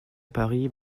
paris